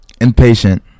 impatient